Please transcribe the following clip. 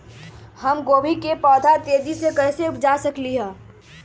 हम गोभी के पौधा तेजी से कैसे उपजा सकली ह?